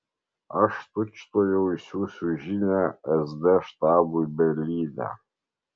aš tučtuojau išsiųsiu žinią sd štabui berlyne